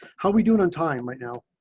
how we doing on time right now.